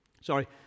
Sorry